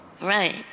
Right